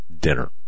Dinner